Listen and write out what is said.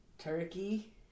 turkey